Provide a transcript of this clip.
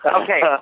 Okay